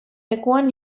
lekuan